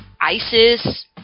ISIS